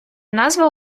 назва